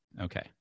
Okay